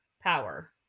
power